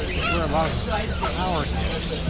it's where a lot of the the power is.